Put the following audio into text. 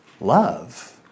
love